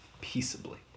peaceably